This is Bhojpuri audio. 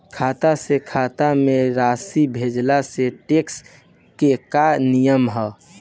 खाता से खाता में राशि भेजला से टेक्स के का नियम ह?